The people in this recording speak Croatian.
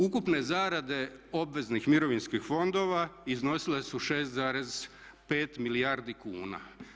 Ukupne zarade obveznih mirovinskih fondova iznosile su 6,5 milijardi kuna.